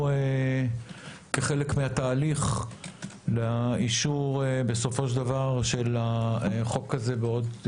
כחלק מהתהליך לאישור בסופו של דבר של החוק הזה בעוד,